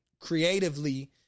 creatively